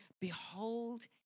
behold